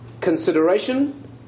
Consideration